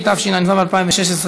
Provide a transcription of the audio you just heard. התשע"ו 2016,